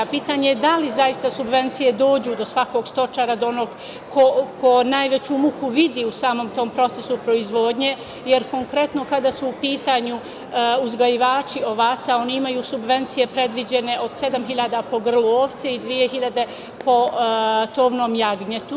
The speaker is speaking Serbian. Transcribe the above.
Pitanje je da li zaista subvencije dođu do svakog stočara, do onog ko najveću muku vidi u samom tom procesu proizvodnje, jer konkretno kada su u pitanju uzgajivači ovaca oni imaju subvencije predviđene od 7.000 po grlu ovce i 2.000 po tovnom jagnjetu.